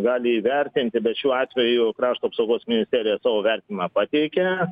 gali įvertinti bet šiuo atveju krašto apsaugos ministerija savo vertinimą pateikė